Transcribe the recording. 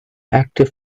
active